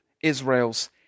Israel's